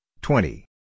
twenty